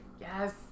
Yes